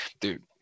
Dude